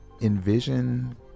envision